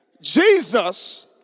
Jesus